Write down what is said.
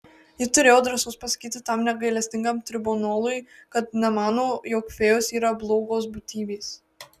ji turėjo drąsos pasakyti tam negailestingam tribunolui kad nemano jog fėjos yra blogos būtybės